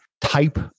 type